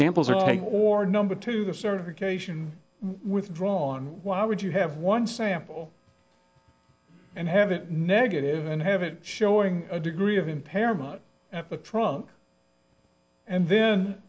samples or take or number two the certification withdrawn why would you have one sample and have it negative and have it showing a degree of impairment at a truck and then